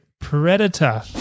Predator